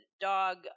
dog